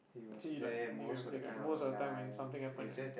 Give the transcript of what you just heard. actually like knew everything most of the time when something happen right